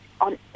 on